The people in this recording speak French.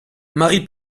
marie